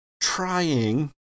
trying